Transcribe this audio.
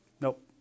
Nope